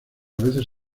veces